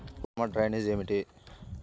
ఉత్తమ డ్రైనేజ్ ఏమిటి?